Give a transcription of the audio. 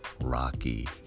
Rocky